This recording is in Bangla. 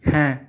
হ্যাঁ